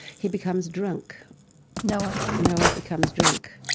he becomes drunk noah? noah becomes drunk,